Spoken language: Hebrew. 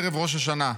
ערב ראש השנה,